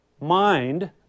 mind